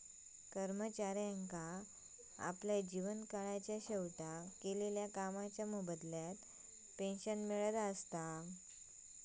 कर्मचाऱ्यांका आपल्या जीवन काळाच्या शेवटाक केलेल्या कामाच्या मोबदल्यात पेंशन मिळता